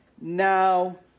now